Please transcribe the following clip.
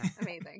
amazing